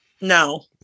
no